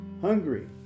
hungry